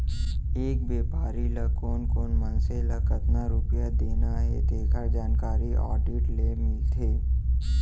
एक बेपारी ल कोन कोन मनसे ल कतना रूपिया देना हे तेखर जानकारी आडिट ले मिलथे